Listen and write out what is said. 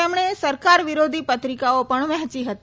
તેમણે સરકાર વિરોધી પત્રિકાઓ પણ વહેંચી હતી